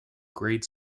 grade